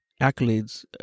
accolades